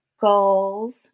goals